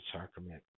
sacrament